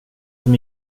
som